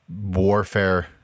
warfare